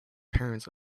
parents